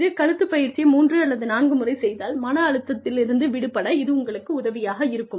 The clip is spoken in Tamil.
இந்த கழுத்து பயிற்சியை மூன்று அல்லது நான்கு முறை செய்தால் மன அழுத்தத்திலிருந்து விடுபட இது உங்களுக்கு உதவியாக இருக்கும்